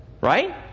Right